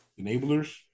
Enablers